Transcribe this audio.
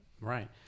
Right